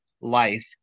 life